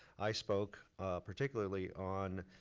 i spoke particularly on